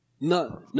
no